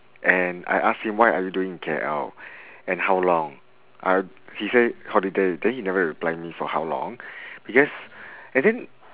and I ask him what are you doing in K_L and how long uh he say holiday then he never reply me for how long because and then